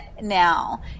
now